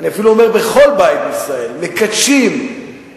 אפילו אני אומר בכל בית בישראל מקדשים את